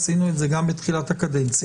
ועשינו את זה גם בתחילת הקדנציה.